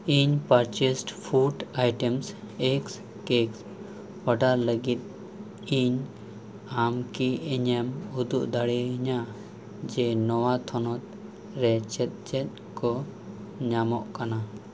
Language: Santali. ᱤᱧ purchased food items eggs cake order ᱞᱟᱹᱜᱤᱫ ᱤᱧ ᱟᱢᱠᱤ ᱤᱧᱮᱢ ᱩᱫᱩᱜ ᱫᱟᱲᱮ ᱟᱹᱧᱟᱹ ᱡᱮ ᱱᱚᱶᱟ ᱛᱷᱚᱱᱚᱛ ᱨᱮ ᱪᱮᱫ ᱪᱮᱫ ᱠᱚ ᱧᱟᱢᱚᱜ ᱠᱟᱱᱟ